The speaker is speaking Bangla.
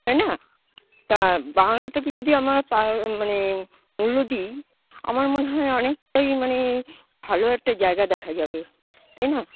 তাই না তা বাংলাটাকে যদি আমরা পা মানে মূল্য দিই আমার মনে হয় অনেকটাই মানে ভালো একটা জায়গা দেখা যাবে তাই না